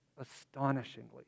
astonishingly